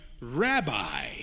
Rabbi